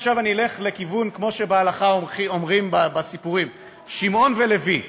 כמו שבהלכה אומרים בסיפורים, שמעון ולוי,